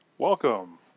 Welcome